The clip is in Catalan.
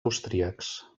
austríacs